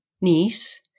niece